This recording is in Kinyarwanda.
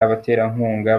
abaterankunga